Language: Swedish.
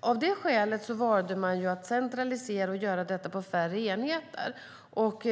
Av det skälet valde man att centralisera och göra detta vid färre enheter.